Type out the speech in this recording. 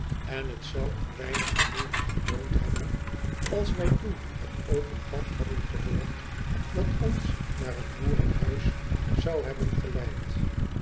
en het zou ook weinig de moeite geloond hebben als wij toen het open pad hadden gevolgd dat ons naar een boerenhuis zou hebben geleid